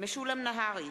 משולם נהרי,